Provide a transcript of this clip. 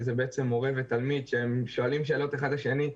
שזה בעצם מורה ותלמיד שהם שואלים שאלות אחד את השני,